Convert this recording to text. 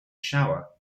shower